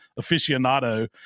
aficionado